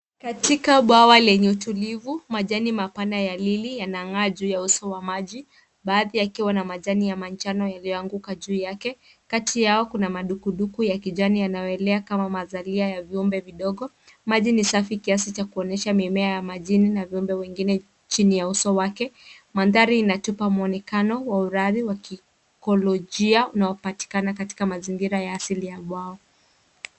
Katika bwawa lenye utulivu, majani mapana ya lily yanang'aa juu ya uso wa maji, baadhi yakiwa na majani manjano yaliyoanguka juu yake. Kati yao, kuna madukuduku ya kijani yanayoelea kama mazalia ya viumbe vidogo. Maji ni safi kiasi cha kuonyesha mimea ya majini na viumbe wengine chini ya uso wake. Mandhari inatupa muonekano wa urari wa kikolojia unaopatikana katika mazingira ya asili ya bwawa.